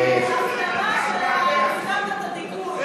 זה הפנמה של הפנמת את הדיכוי.